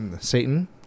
Satan